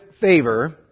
favor